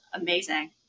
Amazing